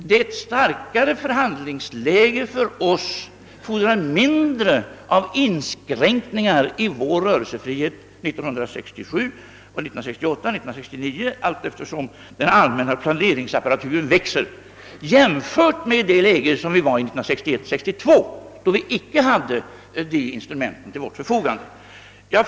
Vi har ett starkare förhandlingsläge som fordrar mindre av inskränkningar i vår rörelsefrihet detta år, 1968 och 1969, d.v.s. allt eftersom den allmänna planeringsapparaturen växer, i jämförelse med situationen 1961—1962 när vi icke hade dessa instrument till vårt förfogande.